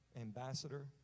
ambassador